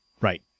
right